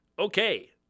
Okay